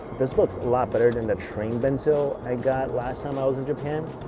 this looks a lot better than the train bento i got last time i was in japan